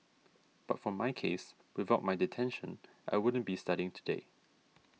but for my case without my detention I wouldn't be studying today